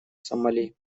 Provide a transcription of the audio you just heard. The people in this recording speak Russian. сомали